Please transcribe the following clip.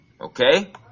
okay